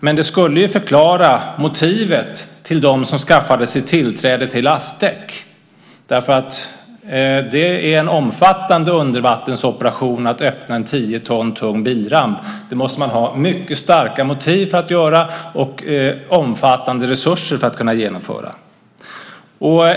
Men det skulle förklara motivet för dem som skaffade sig tillträde till lastdäck därför att det är en omfattande undervattensoperation att öppna en 10 ton tung bilramp. Det måste man ha mycket starka motiv för att göra och också omfattande resurser för att kunna genomföra.